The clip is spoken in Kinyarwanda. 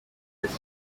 jolly